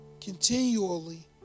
continually